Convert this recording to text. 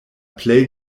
plej